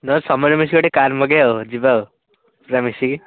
ନହେଲେ ସମସ୍ତେ ମିଶିକି ଗୋଟେ କାର୍ ମଗାଇବା ଆଉ ଯିବା ଆଉ ପୁରା ମିଶିକି